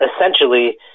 essentially